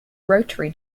rotary